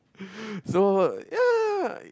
so ya